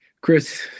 chris